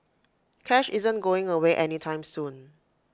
cash isn't going away any time soon